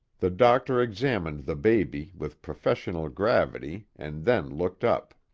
the doctor examined the baby with professional gravity and then looked up.